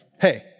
Hey